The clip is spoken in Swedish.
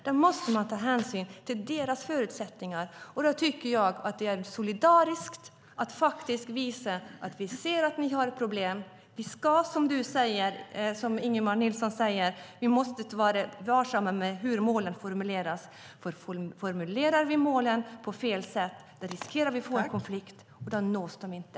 Man måste ta hänsyn till deras förutsättningar. Det är solidariskt att visa att vi ser att de har problem. Vi måste, som Ingemar Nilsson säger, vara varsamma med hur målen formuleras. Formulerar vi målen på fel sätt riskerar vi att få konflikt, och då nås de inte.